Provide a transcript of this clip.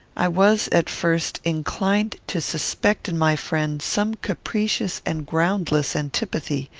i was, at first, inclined to suspect in my friend some capricious and groundless antipathy.